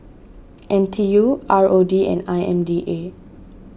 N T U R O D and I M D A